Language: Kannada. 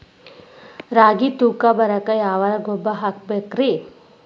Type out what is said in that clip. ರಾಗಿ ತೂಕ ಬರಕ್ಕ ಯಾವ ಗೊಬ್ಬರ ಹಾಕಬೇಕ್ರಿ?